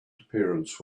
appearance